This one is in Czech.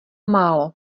málo